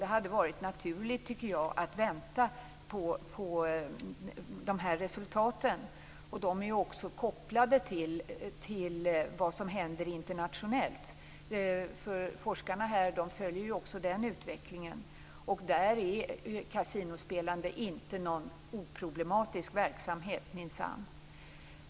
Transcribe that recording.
Jag tycker att det hade varit naturligt att vänta på de här resultaten, som också är kopplade till vad som händer internationellt. Forskarna här följer ju också den utvecklingen, och kasinospelande är där minsann inte någon oproblematisk verksamhet.